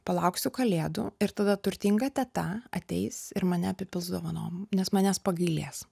palauksiu kalėdų ir tada turtinga teta ateis ir mane apipils dovanom nes manęs pagailės